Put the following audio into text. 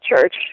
church